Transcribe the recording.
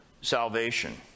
salvation